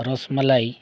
ᱨᱚᱥᱢᱟᱞᱟᱭ